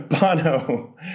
Bono